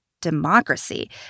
democracy